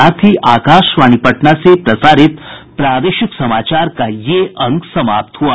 इसके साथ ही आकाशवाणी पटना से प्रसारित प्रादेशिक समाचार का ये अंक समाप्त हुआ